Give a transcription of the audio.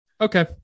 Okay